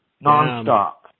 Non-stop